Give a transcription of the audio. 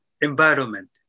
environment